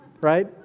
Right